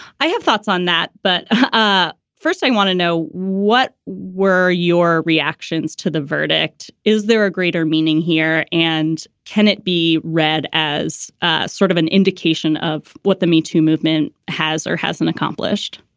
i have thoughts on that. but ah first, i want to know what. were your reactions to the verdict? is there a greater meaning here and can it be read as sort of an indication of what the metoo movement has or hasn't accomplished?